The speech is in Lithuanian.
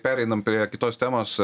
pereinam prie kitos temos